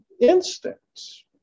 instincts